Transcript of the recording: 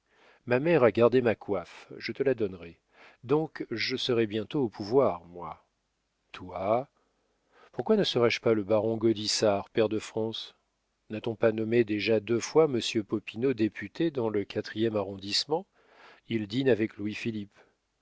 ma mère a gardé ma coiffe je te la donnerai donc je serai bientôt au pouvoir moi toi pourquoi ne serais-je pas le baron gaudissart pair de france n'a-t-on pas nommé déjà deux fois monsieur popinot député dans le quatrième arrondissement il dîne avec louis-philippe